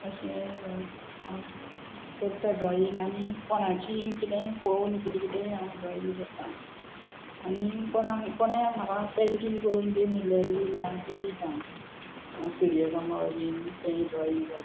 अशें हांव करता ड्रॉईंग आनी कोणाची किदेंय पळोवन किदें किदेंय हांव ड्रॉईंग करता आनी कोणाक कोणें म्हाका पेंटींग करून ती म्हळ्ळें बीन हांव तीं दिता सुर्यकमळ बीन तें ड्रॉईंग करता